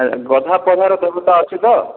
ଗଧୁଆ ପାଧୁଆର ବ୍ୟବସ୍ଥା ଅଛି ତ